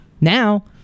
Now